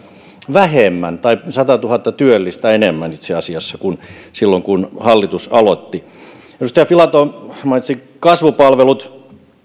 vähemmän tai itse asiassa satatuhatta työllistä enemmän kuin silloin kun hallitus aloitti edustaja filatov mainitsi kasvupalvelut